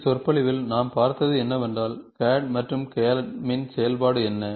இந்த சொற்பொழிவில் நாம் பார்த்தது என்னவென்றால் CAD மற்றும் CAM இன் செயல்பாடு என்ன